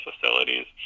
facilities